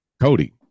Cody